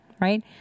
right